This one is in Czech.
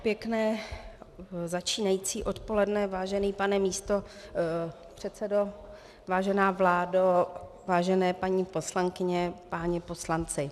Pěkné začínající odpoledne, vážený pane místopředsedo, vážená vládo, vážené paní poslankyně, páni poslanci.